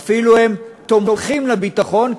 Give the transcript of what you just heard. הם אפילו תומכים בביטחון,